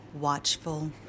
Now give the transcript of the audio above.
watchful